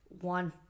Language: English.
one